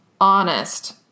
honest